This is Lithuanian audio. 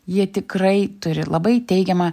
jie tikrai turi labai teigiamą